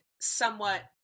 somewhat